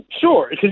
Sure